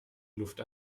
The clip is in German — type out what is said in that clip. luft